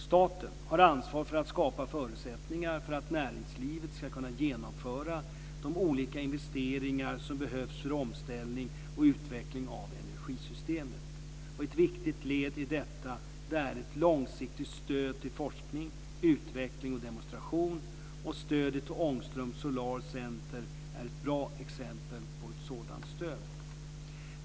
Staten har ansvar för att skapa förutsättningar för att näringslivet ska kunna genomföra de olika investeringar som behövs för omställning och utveckling av energisystemet. Ett viktigt led i detta är ett långsiktigt stöd till forskning, utveckling och demonstration. Stödet till Ångström Solar Center är ett bra exempel på ett sådant stöd.